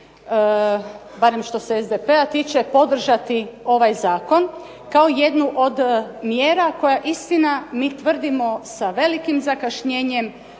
barem što se SDP-a tiče podržati ovaj zakon kao jednu od mjera koja istina mi tvrdimo sa velikim zakašnjenjem